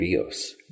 Bios